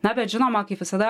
na bet žinoma kaip visada